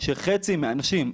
שחצי מהאנשים,